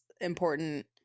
important